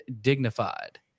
dignified